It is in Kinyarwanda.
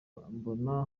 mbona